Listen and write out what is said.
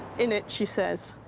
in it, she says,